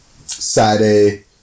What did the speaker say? Saturday